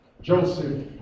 Joseph